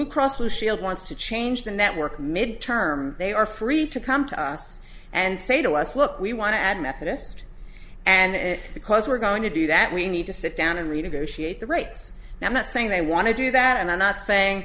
blue cross blue shield wants to change the network mid term they are free to come to us and say to us look we want to add methodist and because we're going to do that we need to sit down and read a go she ate the rates now i'm not saying they want to do that and i'm not saying